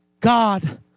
God